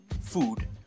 food